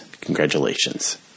Congratulations